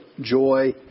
joy